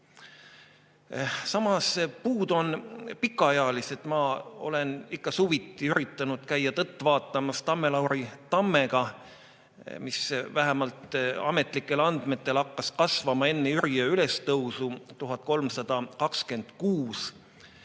Samas, puud on pikaealised. Ma olen ikka suviti üritanud käia tõtt vaatamas Tamme‑Lauri tammega, mis vähemalt ametlikel andmetel hakkas kasvama enne Jüriöö ülestõusu, 1326.